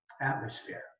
atmosphere